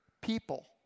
people